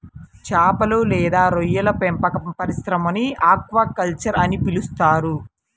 చేపలు లేదా రొయ్యల పెంపక పరిశ్రమని ఆక్వాకల్చర్ అని పిలుస్తారు